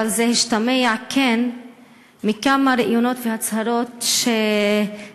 זה כן השתמע מכמה ראיונות והצהרות שדלפו